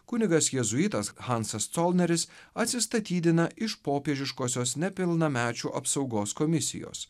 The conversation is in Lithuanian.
kunigas jėzuitas hansas colneris atsistatydina iš popiežiškosios nepilnamečių apsaugos komisijos